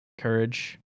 Courage